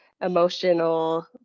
emotional